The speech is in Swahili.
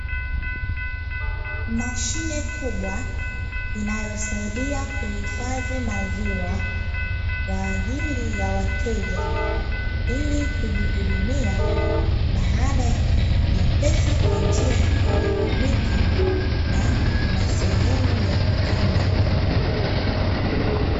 Mashine kubwa inayosaidia kuhifadhi maziwa kwa ajili ya wateja ili kujihudumia baada ya kulipia pesa kwa njia ya kielektroniki na kuna sehemu ya kukinga.